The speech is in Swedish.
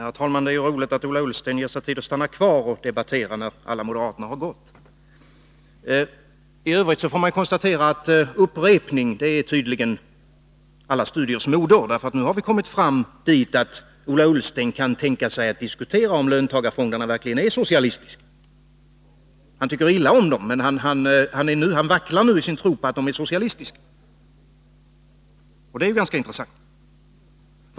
Fru talman! Det är ju roligt att Ola Ullsten ger sig tid att stanna kvar och debattera när alla moderaterna har gått. I övrigt får man konstatera att upprepning tydligen är alla studiers moder. Nu har vi kommit dit att Ola Ullsten kan tänka sig att diskutera om löntagarfonderna verkligen är socialistiska. Han tycker illa om dem, men han vacklar nu i sin tro på att de är socialistiska, och det är ju ganska intressant.